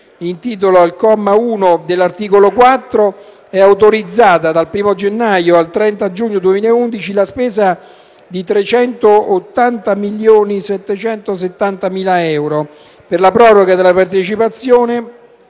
in titolo, al comma 1 dell'articolo 4, è autorizzata, dal 1° gennaio al 30 giugno 2011, la spesa di 380.770.000 euro per la proroga della partecipazione